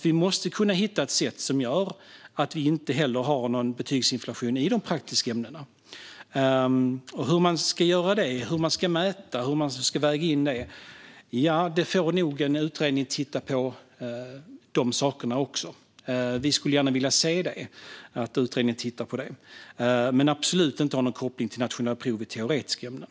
Vi måste kunna hitta ett sätt som gör att vi inte heller har betygsinflation i de praktiska ämnena. Hur man ska göra detta, hur man ska mäta och hur man ska väga in detta får nog en utredning titta på. Vi skulle gärna vilja se det. Men vi vill absolut inte ha någon koppling till nationella prov i teoretiska ämnen.